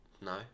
no